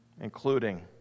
including